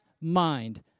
mind